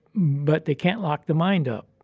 but they can't lock the mind up.